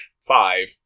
five